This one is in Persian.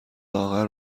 لاغر